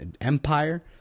empire